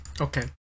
Okay